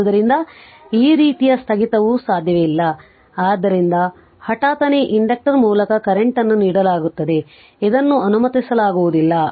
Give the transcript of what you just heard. ಆದ್ದರಿಂದ ಈ ರೀತಿಯ ಸ್ಥಗಿತವು ಸಾಧ್ಯವಿಲ್ಲ ಆದ್ದರಿಂದ ಹಠಾತ್ತನೆ ಇಂಡಕ್ಟರ್ ಮೂಲಕ ಕರೆಂಟ್ಅನ್ನು ನೀಡಲಾಗುತ್ತದೆ ಇದನ್ನು ಅನುಮತಿಸಲಾಗುವುದಿಲ್ಲ